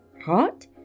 hot